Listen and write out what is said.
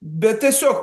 bet tiesiog